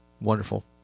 wonderful